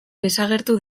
desagertu